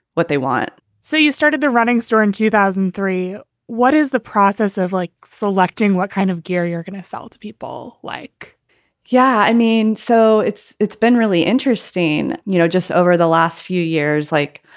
what they want so you started the running store in two thousand and three. what is the process of like selecting what kind of gear you're going to sell to people like yeah. i mean, so it's it's been really interesting. you know, just over the last few years, like,